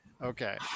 Okay